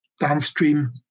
downstream